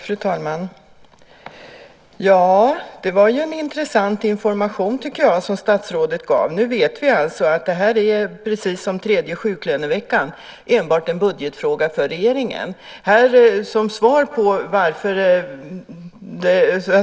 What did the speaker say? Fru talman! Jag tycker att det var en intressant information som statsrådet gav. Nu vet vi alltså att detta enbart är en budgetfråga för regeringen, precis som den tredje sjuklöneveckan.